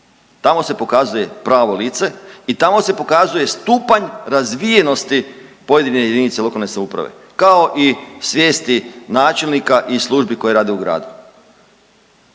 Tamo se pokazuje pravo lice i tamo se pokazuje stupanj razvijenosti pojedine jedinice lokalne samouprave kao i svijesti načelnika i službi koje rade u gradu.